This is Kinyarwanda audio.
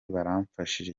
baramfashije